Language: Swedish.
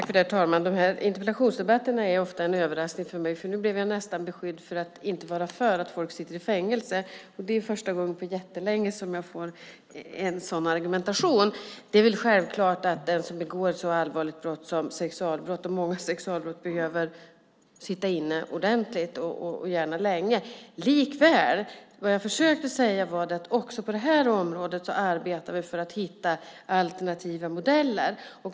Herr talman! Interpellationsdebatter blir ofta en överraskning för mig. Nu blev jag nästan beskylld för att inte vara för att folk sitter i fängelse. Det är första gången på jättelänge som jag har fått en sådan argumentation mot mig. Det är väl självklart att den som begår allvarliga sexualbrott behöver sitta inne ordentligt och gärna länge. Men det jag försökte säga var att också på det här området arbetar vi för att hitta alternativa modeller.